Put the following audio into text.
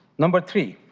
number three.